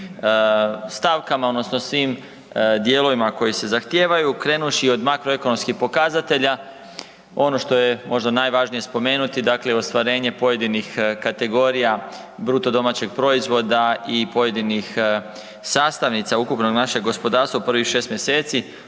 stavkama odnosno sa svim dijelovima koji se zahtijevaju krenuvši od makroekonomskih pokazatelja. Ono što je možda najvažnije spomenuti ostvarenje pojedinih kategorija BDP-a i pojedinih sastavnica. Ukupno naše gospodarstvo u prvih 6 mjeseci